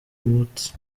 umunsi